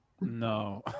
No